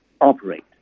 operate